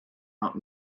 out